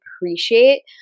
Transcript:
appreciate